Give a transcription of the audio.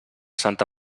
santa